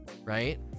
right